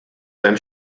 beim